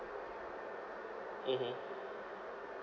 mmhmm